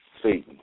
Satan